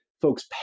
folks